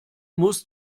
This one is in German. muss